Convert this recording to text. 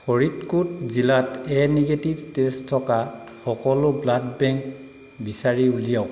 ফৰিদকোত জিলাত A negative তেজ থকা সকলো ব্লাড বেংক বিচাৰি উলিয়াওক